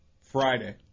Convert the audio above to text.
Friday